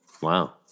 Wow